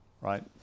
right